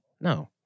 No